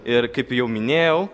ir kaip jau minėjau